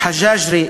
חג'אג'רה,